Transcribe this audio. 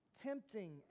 tempting